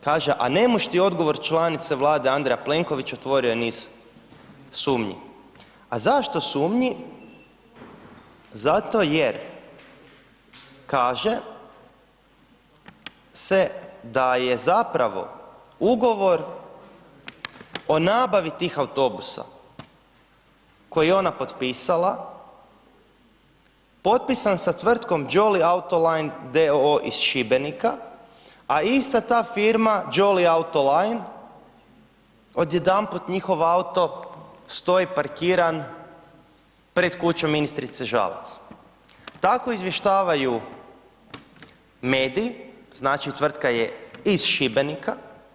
Kaže, a nemaš ti odgovor članice Vlade Andreja Plenkovića … [[Govornik se ne razumije]] sumnji, a zašto sumnji, zato jer, kaže se da je zapravo Ugovor o nabavi tih autobusa koji je ona potpisala, potpisan sa tvrtkom JOLLY AUTOline d.o.o. iz Šibenika, a ista ta firma JOLLY AUTOline odjedanput njihovo auto stoji parkiran pred kućom ministrice Žalac, tako izvještavaju mediji, znači, tvrtka je iz Šibenika.